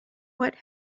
what